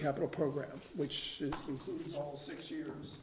capital program which six years